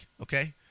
okay